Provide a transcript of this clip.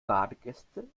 badegäste